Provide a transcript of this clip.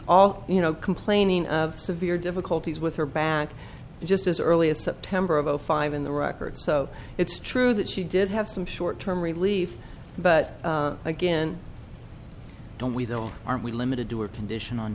all you know complaining of severe difficulties with her back just as early as september of zero five in the records so it's true that she did have some short term relief but again don't we don't aren't we limited to her condition on